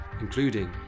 including